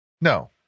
no